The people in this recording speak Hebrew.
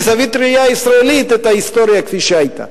מזווית ראייה ישראלית את ההיסטוריה כפי שהיתה.